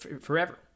forever